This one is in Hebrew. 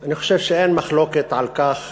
אני חושב שאין מחלוקת על כך